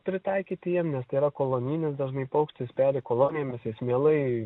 pritaikyti jiem nes tai yra kolonijinis dažnai paukštis peri kolonijomis jis mielai